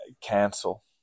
cancel